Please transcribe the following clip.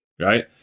right